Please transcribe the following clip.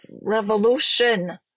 revolution